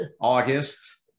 August